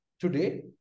today